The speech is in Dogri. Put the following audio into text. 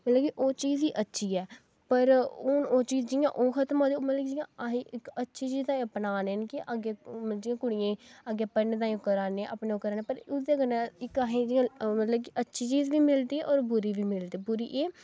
मतलब कि ओह् चीज ई अच्छी ऐ पर हून ओह् चीज जि'यां ओह् खत्म होआ दी मतलब जि'यां असें ई इक अच्छी चीज ते अपना ने न कि अग्गें जि'यां कुड़ियें गी अग्गें पढने ताहीं करा ने आं अपना ओह् करा ने आं पर उसदे कन्नै इक असें गी जि'यां मतलब कि अच्छी चीज बी मिलदी होर बुरी बी मिलदी बुरी एह्